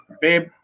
babe